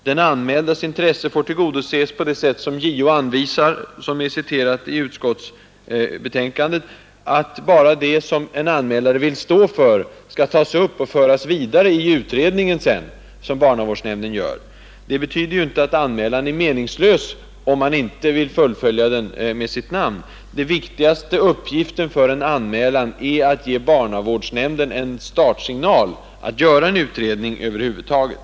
Den anmäldes intresse får tillgodoses på det sätt som JO anvisar och som återges i utskottsbetänkandet: bara det som en anmälare vill stå för skall tas upp och föras vidare i den utredning som barnavårdsnämnden gör. Det betyder inte att anmälan är meningslös, om anmälaren inte vill fullfölja den med sitt namn. Det viktigaste med en anmälan är, att den ger barnavårdsnämnden en startsignal att göra en utredning över huvud taget.